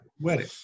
wedding